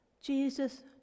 Jesus